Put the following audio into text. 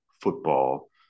football